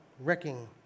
wrecking